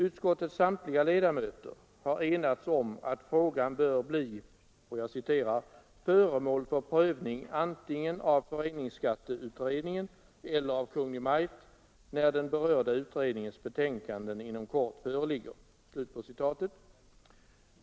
Utskottets samtliga ledamöter har enats om att frågan bör bli ”föremål för prövning antingen hos utredningen eller hos Kungl. Maj:t när föreningsskatteutredningens resultat föreligger”.